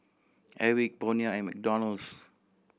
Airwick Bonia and McDonald's